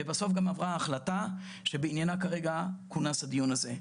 ובסוף גם עברה החלטה שבעניינה כרגע כונס הדיון הזה,